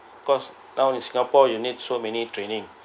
cause now in singapore you need so many training